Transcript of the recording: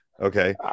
okay